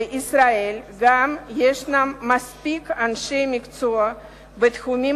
בישראל יש מספיק אנשי מקצוע בתחומים